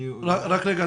אני יכול --- רק רגע,